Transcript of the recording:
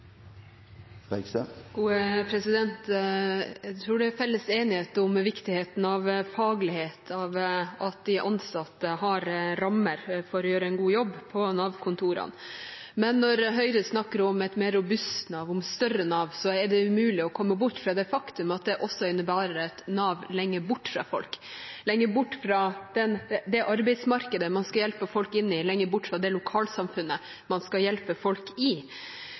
Jeg tror det er enighet om viktigheten av faglighet, at de ansatte har rammer for å gjøre en god jobb på Nav-kontorene. Men når Høyre snakker om et mer robust Nav, et større Nav, er det umulig å komme bort fra det faktum at det også innebærer et Nav lenger bort fra folk, lenger bort fra det arbeidsmarkedet man skal hjelpe folk inn i, lenger bort fra det lokalsamfunnet man skal hjelpe folk i.